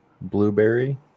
blueberry